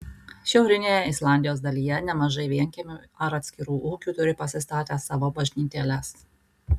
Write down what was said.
šiaurinėje islandijos dalyje nemažai vienkiemių ar atskirų ūkių turi pasistatę savo bažnytėles